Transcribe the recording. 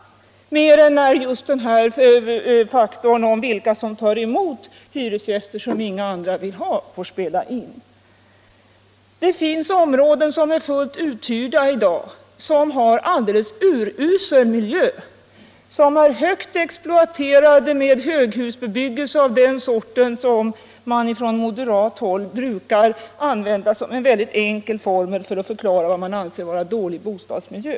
— Jag bortser då från faktorn vilka det är som tar emot hyresgäster som inga andra vill ha. — I dag finns det fullt uthyrda områden som har en urusel miljö och som är starkt exploaterade med en höghusbebyggelse av den sort som man från moderat håll brukar använda som en mycket enkel formel för vad man anser vara en dålig bostadsmiljö.